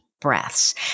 breaths